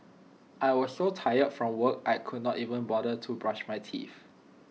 I was so tired from work I could not even bother to brush my teeth